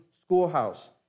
schoolhouse